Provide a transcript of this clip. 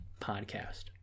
podcast